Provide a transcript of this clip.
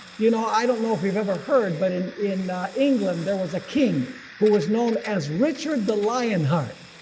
you know i don't know if you've ever heard, but in in england there was a king who was known as richard the lionheart.